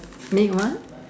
make one